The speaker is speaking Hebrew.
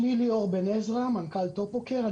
אני מנכ"ל טופוקר.